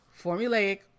formulaic